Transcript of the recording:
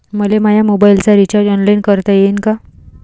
मले माया मोबाईलचा रिचार्ज ऑनलाईन करता येईन का?